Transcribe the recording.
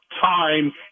time